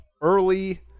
early